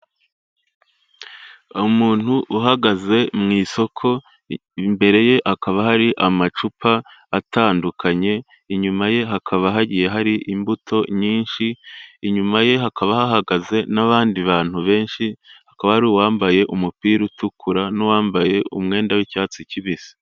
Umuntu uhagaze mu isoko imbere ye hakaba hari amacupa atandukanye, inyuma ye hakaba hagiye hari imbuto nyinshi, inyuma ye hakaba hahagaze n'abandi bantu benshi hakaba hari uwambaye umupira utukura n'uwambaye umwenda w'icyatsi kibisi.